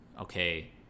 okay